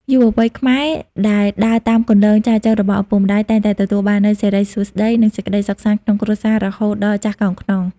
យុវវ័យខ្មែរដែលដើរតាមគន្លងចែចូវរបស់ឪពុកម្ដាយ តែងតែទទួលបាននូវ "សិរីសួស្តី" និងសេចក្ដីសុខសាន្តក្នុងគ្រួសាររហូតដល់ចាស់កោងខ្នង។